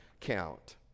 count